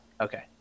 Okay